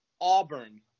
Auburn